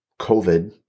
COVID